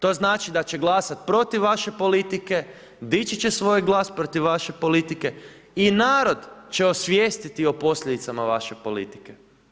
To znači da će glasati protiv vaše politike, dići će svoj glas protiv vaše politike i narod će osvijestiti o posljedicama vaše politike.